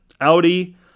Audi